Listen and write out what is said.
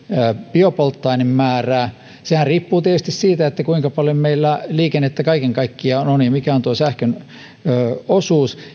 biopolttoainemäärää sehän riippuu tietysti siitä kuinka paljon meillä liikennettä kaiken kaikkiaan on ja mikä on sähkön osuus